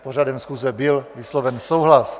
S pořadem schůze byl vysloven souhlas.